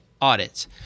Audits